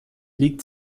liegt